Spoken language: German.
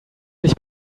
sich